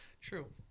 True